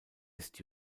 ist